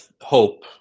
hope